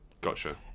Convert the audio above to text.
Gotcha